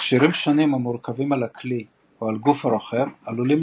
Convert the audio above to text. מכשירים שונים המורכבים על הכלי או על גוף הרוכב עלולים